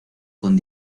con